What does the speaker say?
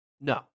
No